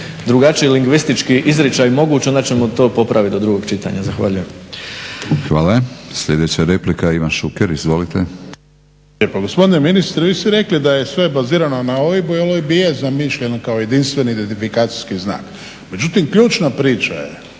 drugačiji lingvistički izričaj moguć onda ćemo to popraviti do drugog čitanja. Zahvaljujem. **Batinić, Milorad (HNS)** Hvala. Sljedeća replika, Ivan Šuker. Izvolite.